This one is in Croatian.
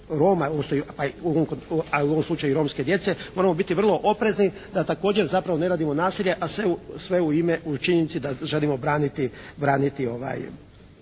a u ovom slučaju i romske djece, moramo biti vrlo oprezni da također zapravo ne radimo nasilje, a sve u ime, u činjenici da želimo braniti